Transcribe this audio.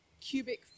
cubic